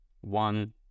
one